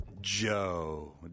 Joe